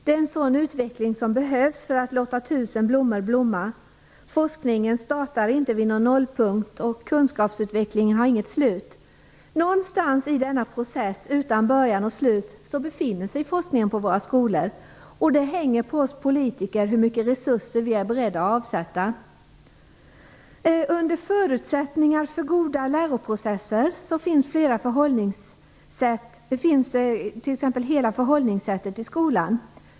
Det är en sådan utveckling som behövs för att låta "tusen blommor blomma". Forskningen startar inte vid en nollpunkt, och kunskapsutvecklingen har inget slut. Någonstans i denna process utan början och slut befinner sig forskningen på våra skolor. Det hänger på oss politiker hur mycket resurser vi är beredda att avsätta. Under förutsättningar för goda läroprocesser finns t.ex. hela förhållningssättet i skolan.